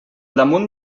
damunt